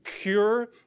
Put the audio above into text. cure